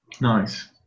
Nice